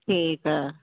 ਠੀਕ ਆ